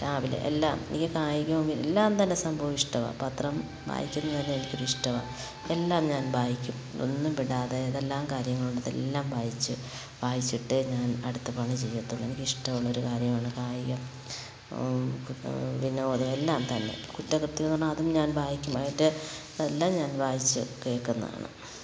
രാവിലെ എല്ലാ എനിക്ക് കായികവും എല്ലാംതന്നെ സംഭവം ഇഷ്ടമാണ് പത്രം വായിക്കുന്നതുതന്നെ എനിക്കൊരിഷ്ടമാണ് എല്ലാം ഞാൻ വായിക്കും ഒന്നുംവിടാതെ ഏതെല്ലാം എല്ലാകാര്യങ്ങളുണ്ട് അതെല്ലാം വായിച്ച് വായിച്ചിട്ടേ ഞാൻ അടുത്ത പണിചെയ്യത്തുള്ളു എനിക്കിഷ്ടം ഉള്ളൊരു കാര്യമാണ് കായികം പിന്നെ എല്ലാംതന്നെ കുറ്റകൃത്യം പറഞ്ഞാൽ അതും ഞാൻ വായിക്കും അതിൻ്റെ എല്ലാം ഞാൻ വായിച്ചു കേൾക്കുന്നതാണ്